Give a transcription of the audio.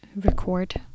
record